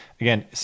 again